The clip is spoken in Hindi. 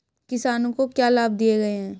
किसानों को क्या लाभ दिए गए हैं?